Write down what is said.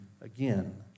again